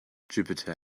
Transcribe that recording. jupiter